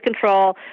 control